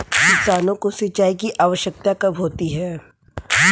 किसानों को सिंचाई की आवश्यकता कब होती है?